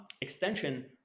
extension